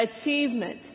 achievement